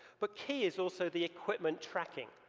but key is also the equipment tracking.